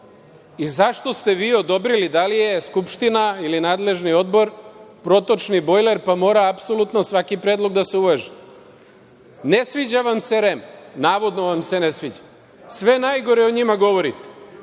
i zašto ste vi odobrili? Da li je Skupština ili nadležni odbor protočni bojler, pa mora apsolutno svaki predlog da se uvaži? Ne sviđa vam se REM, navodno vam se ne sviđa. Sve najgore o njima govorite,